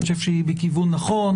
אני חושב שהיא בכיוון נכון.